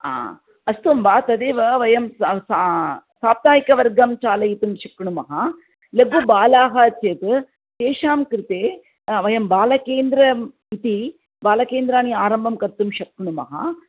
हा अस्तु अम्ब तदेव वयं स सा साप्ताहिकवर्गं चालयितुं शक्नुमः लघुबालाः चेत् तेषां कृते वयं बालकेन्द्रम् इति बालकेन्द्राणि आरम्भं कर्तुं शक्नुमः